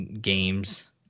games